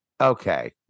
Okay